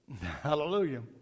Hallelujah